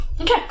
Okay